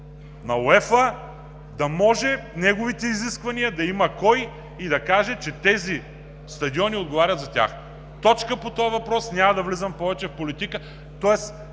на УЕФА, да може за неговите изисквания да има кой да каже, че тези стадиони отговарят на тях. Точка по този въпрос. Няма да влизам повече в политика,